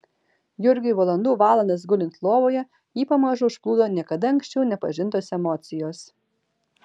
jurgiui valandų valandas gulint lovoje jį pamažu užplūdo niekada anksčiau nepažintos emocijos